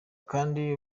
kandi